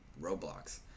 roblox